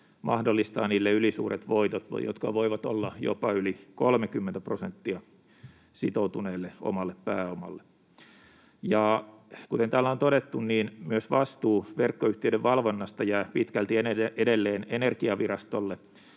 mahdollistaa niille ylisuuret voitot, jotka voivat olla jopa yli 30 prosenttia sitoutuneelle omalle pääomalle. Ja kuten täällä on todettu, niin myös vastuu verkkoyhtiöiden valvonnasta jää pitkälti edelleen Energiavirastolle